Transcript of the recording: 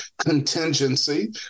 Contingency